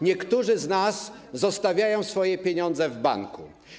Niektórzy z nas zostawiają swoje pieniądze w banku.